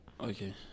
okay